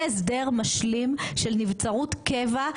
זה הסדר משלים של נבצרות קבע,